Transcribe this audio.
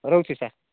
ରହୁଛି ସାର୍